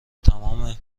تمام